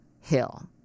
Hill